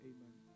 Amen